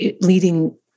leading